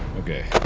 okay.